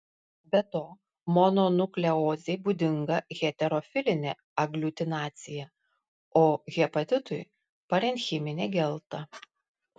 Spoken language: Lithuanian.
be to mononukleozei būdinga heterofilinė agliutinacija o hepatitui parenchiminė gelta